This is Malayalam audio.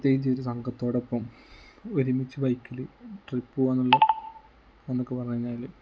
പ്രത്യേകിച്ചൊരു സംഘത്തോടൊപ്പം ഒരുമിച്ച് ബൈക്കിൽ ട്രിപ്പ് പോകാനുള്ള എന്നൊക്കെ പറഞ്ഞു കഴിഞ്ഞാൽ